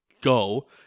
Go